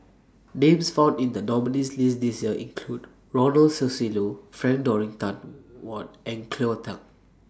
Names found in The nominees' list This Year include Ronald Susilo Frank Dorrington Ward and Cleo Thang